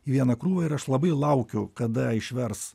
į vieną krūvą ir aš labai laukiu kada išvers